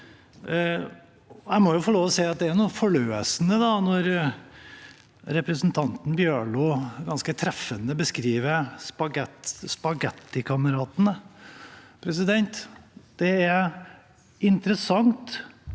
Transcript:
Jeg må få lov til å si at det er noe forløsende når representanten Bjørlo ganske treffende beskriver spagettikameratene. Det er interessant